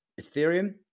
Ethereum